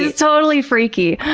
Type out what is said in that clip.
totally freaky.